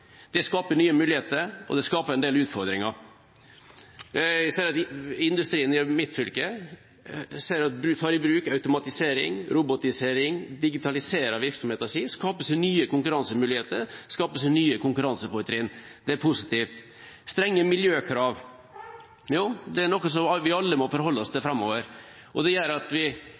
Det skaper nye muligheter, og det skaper en del utfordringer. Jeg ser at industrien i mitt fylke tar i bruk automatisering, robotisering og digitaliserer virksomheten sin og skaper nye konkurransemuligheter og nye konkurransefortrinn. Det er positivt. Strenge miljøkrav: Ja, det er noe som vi alle må forholde oss til framover. Vi kan velge å forholde oss negativt eller positivt til det. Når jeg møter bedriftsledere og